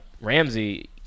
Ramsey